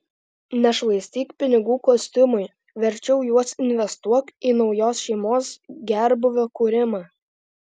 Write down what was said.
nešvaistyk pinigų kostiumui verčiau juos investuok į naujos šeimos gerbūvio kūrimą